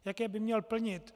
Jaké by měl plnit.